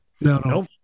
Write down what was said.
no